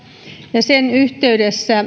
ja sen yhteydessä